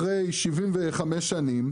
אחרי 75 שנים,